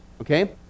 okay